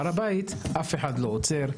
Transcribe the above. בהר הבית אף אחד לא עוצר,